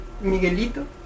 Miguelito